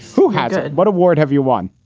who had what award? have you won?